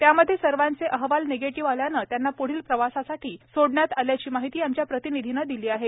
त्यामध्ये सर्वांचे अहवाल निगेटिव्ह आल्यानंतर त्यांना प्ढील प्रवासासाठी सोडण्यात आल्याची माहिती आमच्या प्रतिनिधीने दिली आहे